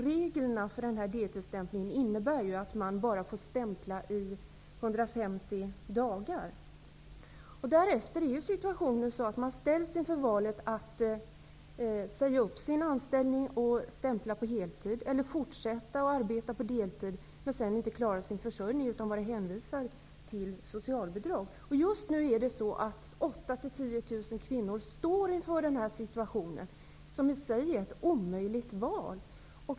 Reglerna för deltidsstämplingen innebär att man bara får stämpla i 150 dagar. Därefter ställs man inför valet att säga upp sin anställning och stämpla på heltid eller fortsätta att arbeta på deltid och inte klara sin försörjning. Då blir man hänvisad till socialbidrag. Just nu står 8 000--10 000 kvinnor inför denna situation. Det är i sig ett omöjligt val.